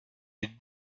ils